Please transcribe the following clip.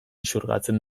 xurgatzen